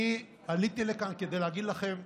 אני עליתי לכאן כדי להגיד לכם תודה.